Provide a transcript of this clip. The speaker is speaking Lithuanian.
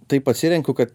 taip atsirenku kad